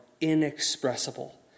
inexpressible